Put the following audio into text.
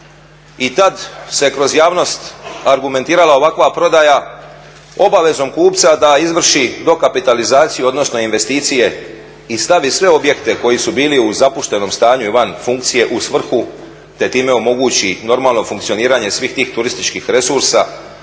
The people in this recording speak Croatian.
I tad se kroz javnost argumentirala ovakva prodaja obavezom kupca da izvrši dokapitalizaciju, odnosno investicije i stavi sve objekte koji su bili u zapuštenom stanju i van funkcije u svrhu, te time omogući normalno funkcioniranje svih tih turističkih resursa